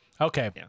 Okay